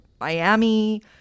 miami